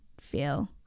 feel